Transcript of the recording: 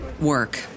work